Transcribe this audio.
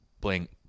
Blink